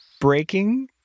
breaking